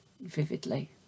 vividly